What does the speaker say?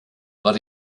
but